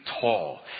tall